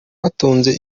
batunze